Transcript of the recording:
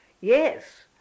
Yes